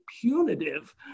punitive